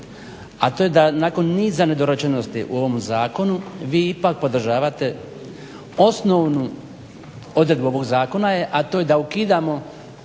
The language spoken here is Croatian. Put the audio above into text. a to je da nakon niza nedorečenosti u ovom zakonu vi ipak podržavate osnovnu odredbu ovog zakona, a to je da ukidamo